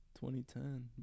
2010